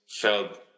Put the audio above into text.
felt